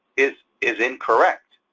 is is incorrect.